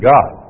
God